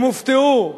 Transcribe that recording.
הם הופתעו,